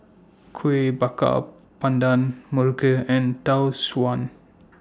Kueh Bakar Pandan Muruku and Tau Suan